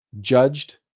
judged